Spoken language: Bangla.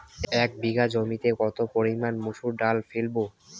এক বিঘে জমিতে কত পরিমান মুসুর ডাল ফেলবো?